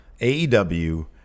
AEW